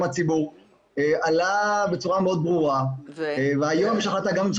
הציבור עלה בצורה מאוד ברורה והיום יש החלטה גם במשרד